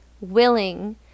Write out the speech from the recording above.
willing